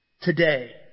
Today